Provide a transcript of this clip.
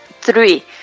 three